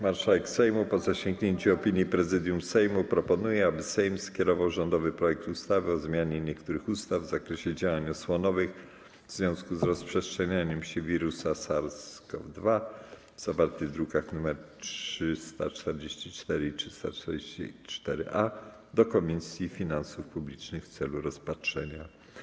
Marszałek Sejmu, po zasięgnięciu opinii Prezydium Sejmu, proponuje, aby Sejm skierował rządowy projekt ustawy o zmianie niektórych ustaw w zakresie działań osłonowych w związku z rozprzestrzenianiem się wirusa SARS-CoV-2, zawarty w drukach nr 344 i 344-A, do Komisji Finansów Publicznych w celu rozpatrzenia.